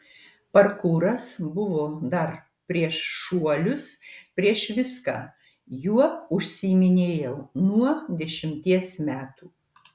parkūras buvo dar prieš šuolius prieš viską juo užsiiminėjau nuo dešimties metų